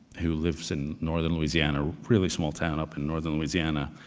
who lives in northern louisiana, really small town up in northern louisiana,